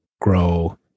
grow